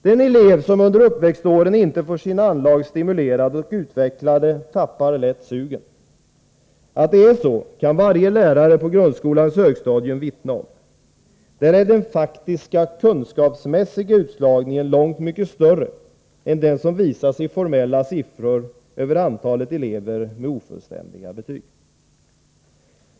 Den elev som under uppväxtåren inte får sina anlag stimulerade och utvecklade tappar lätt sugen. Att det är så kan varje lärare på grundskolans högstadium vittna om. Där är den faktiska kunskapsmässiga utslagningen långt större än den som visas i formella siffror över antalet elever med ofullständiga betyg.